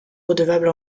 redevable